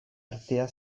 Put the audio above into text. artea